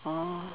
oh